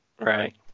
Right